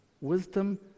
Wisdom